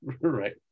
Right